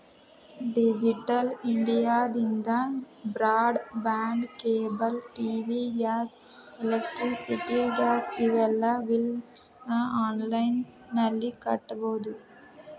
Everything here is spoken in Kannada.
ಡಿಜಿಟಲ್ ಇಂಡಿಯಾದಿಂದ broadband cable TV gas electricity gas ಇವೆಲ್ಲಾ ಬಿಲ್ನ ಆನ್ಲೈನ್ ನಲ್ಲಿ ಕಟ್ಟಬೊದು